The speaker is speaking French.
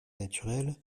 naturels